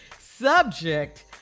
Subject